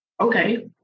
Okay